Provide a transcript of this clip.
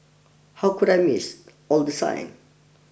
how could I missed all the signs